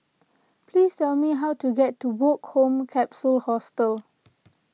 please tell me how to get to Woke Home Capsule Hostel